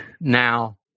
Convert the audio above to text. now